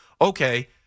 okay